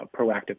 proactive